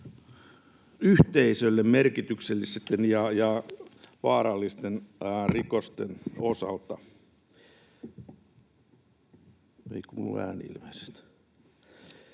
yhteisölle varsin merkityksellisten ja vaarallisten rikosten osalta.